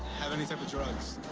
have any type of drugs.